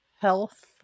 health